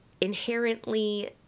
inherently